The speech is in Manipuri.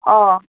ꯑꯥ